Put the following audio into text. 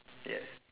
yes